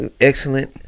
excellent